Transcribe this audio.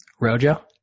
Rojo